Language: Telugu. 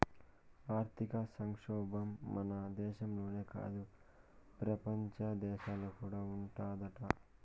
ఆర్థిక సంక్షోబం మన దేశంలోనే కాదు, పెపంచ దేశాల్లో కూడా ఉండాదట